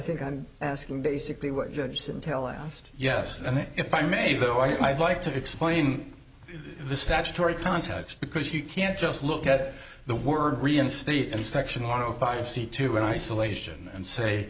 think i'm asking basically what judge sim tell asked yes and if i may though i would like to explain the statutory context because you can't just look at the word reinstate inspection horrified to see to an isolation and say